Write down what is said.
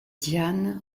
diane